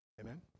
Amen